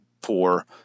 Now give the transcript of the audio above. poor